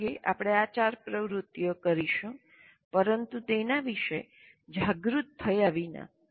મોટા ભાગે આપણે આ ચાર પ્રવૃત્તિઓ કરીશું પરંતુ તેના વિશે સંપૂર્ણ જાગૃત થયા વિના